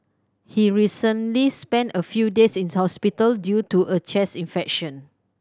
he recently spent a few days in hospital due to a chest infection